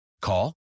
Call